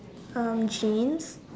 um jeans